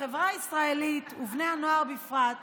החברה הישראלית, ובני הנוער בפרט,